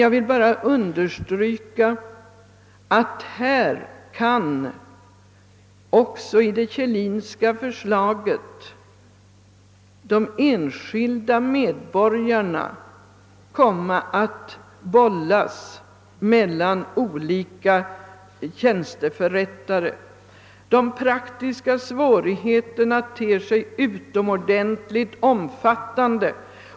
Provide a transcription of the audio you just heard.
Jag vill dock understryka att även enligt det Kjellinska förslaget kan de enskilda medborgarna komma att bollas mellan olika tjänsteförrättare. De praktiska svårigheterna ter sig utomordentligt omfattande.